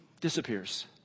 disappears